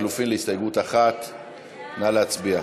לחלופין להסתייגות 1. נא להצביע.